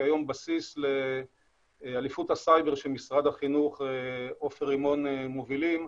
היא היום בסיס לאליפות הסייבר שמשרד החינוך ועופר רימון מובילים.